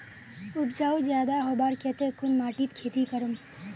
उपजाऊ ज्यादा होबार केते कुन माटित खेती करूम?